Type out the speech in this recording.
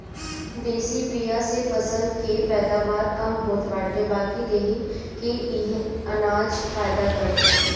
देशी बिया से फसल के पैदावार कम होत बाटे बाकी देहि के इहे अनाज फायदा करत बाटे